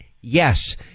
Yes